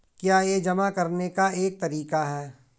क्या यह जमा करने का एक तरीका है?